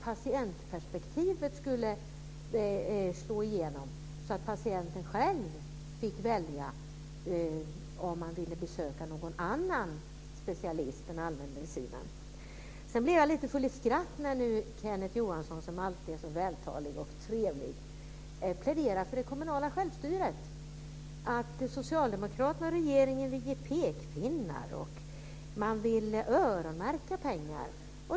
Patientperspektivet skulle slå igenom så att patienten själv fick välja om man ville besöka någon annan specialist än allmänmedicinare. Sedan blir jag lite full i skratt när nu Kenneth Johansson som alltid är så vältalig trevlig pläderar för det kommunala självstyret och menar att Socialdemokraterna och regeringen använder pekpinnar och vill öronmärka pengar.